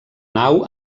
nau